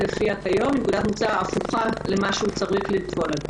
לפיה היום היא נקודת מוצא הפוכה למה שהוא צריך לפעול.